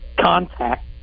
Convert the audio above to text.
contact